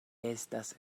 estas